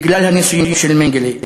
בגלל הניסויים של מנגלה.